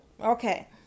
Okay